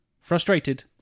Frustrated